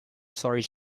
storage